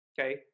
okay